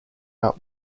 out